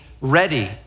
ready